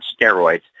steroids